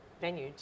venue